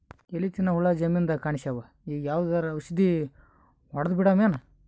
ಎಲಿ ತಿನ್ನ ಹುಳ ಜಮೀನದಾಗ ಕಾಣಸ್ಯಾವ, ಈಗ ಯಾವದರೆ ಔಷಧಿ ಹೋಡದಬಿಡಮೇನ?